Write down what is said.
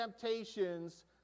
temptations